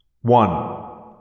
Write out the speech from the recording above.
One